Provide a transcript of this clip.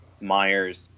Myers